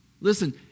Listen